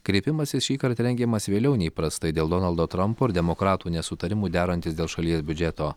kreipimasis šįkart rengiamas vėliau nei įprastai dėl donaldo trumpo ir demokratų nesutarimų derantis dėl šalies biudžeto